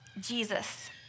Jesus